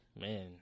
man